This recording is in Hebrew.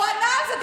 הוא ענה על זה.